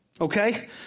okay